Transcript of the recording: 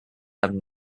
have